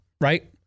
right